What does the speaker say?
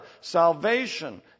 Salvation